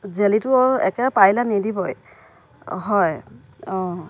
জেলীটো আৰু একেবাৰে পাৰিলে নিদিবই হয় অঁ